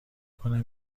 کنم